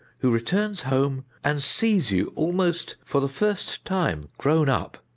who returns home and sees you almost for the first time grown up,